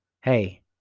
hey